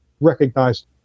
recognized